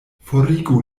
forigu